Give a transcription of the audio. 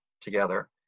together